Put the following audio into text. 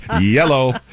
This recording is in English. yellow